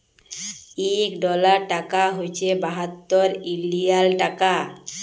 ইক ডলার টাকা হছে বাহাত্তর ইলডিয়াল টাকা